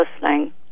listening